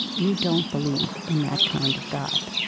you don't believe in that kind of god.